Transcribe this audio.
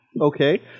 Okay